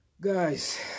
Guys